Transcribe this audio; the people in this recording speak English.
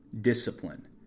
discipline